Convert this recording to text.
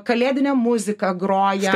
kalėdinė muzika groja